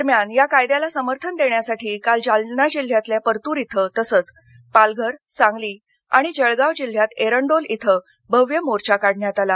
दरम्यान या कायद्याला समर्थन देण्यासाठी काल जालना जिल्ह्यातल्या परतूर इथं तसंच पालघर सांगली आणि जळगाव जिल्ह्यात एरंडोल इथं भव्य मोर्चा काढण्यात आला